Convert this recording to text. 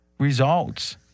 results